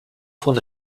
von